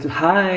hi